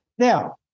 Now